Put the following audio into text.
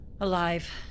Alive